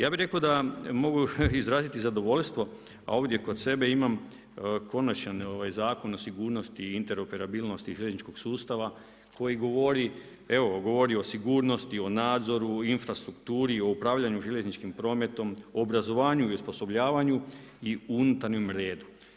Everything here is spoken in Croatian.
Ja bih rekao da mogu izraziti zadovoljstvo, a ovdje kod sebe imam Konačan Zakon o sigurnosti i interoperabilnosti željezničkog sustava koji govori o sigurnosti, nadzoru, infrastrukturi, o upravljanju željezničkim prometom, o obrazovanju i osposobljavanju i unutarnjem redu.